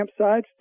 campsites